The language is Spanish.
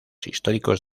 históricos